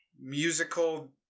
musical